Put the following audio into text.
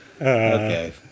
Okay